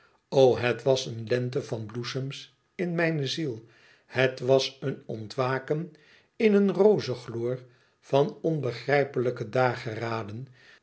het was een lente van bloesems in mijne ziel het was een ontwaken in een rozengloor van onbegrijpelijke